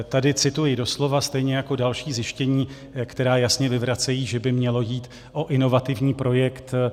Tady cituji doslova, stejně jako další zjištění, která jasně vyvracejí, že by mělo jít o inovativní projekt.